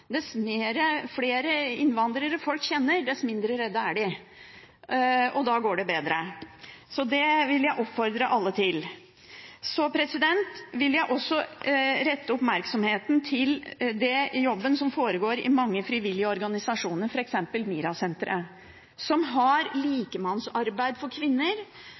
bedre. Så det vil jeg oppfordre alle til. Så vil jeg også rette oppmerksomheten på den jobben som foregår i mange frivillige organisasjoner, f.eks. MiRA-senteret, som har likemannsarbeid for